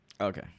Okay